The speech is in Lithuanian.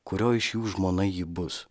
kurio iš jų žmona ji bus